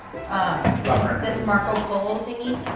ah this marco polo thingy,